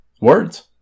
words